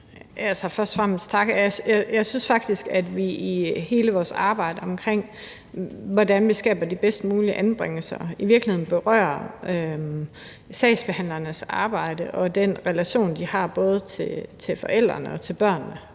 Jeg synes faktisk, at vi i hele vores arbejde omkring, hvordan vi skaber de bedst mulige anbringelser, i virkeligheden berører sagsbehandlernes arbejde og den relation, de har både til forældrene og til børnene.